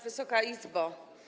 Wysoka Izbo!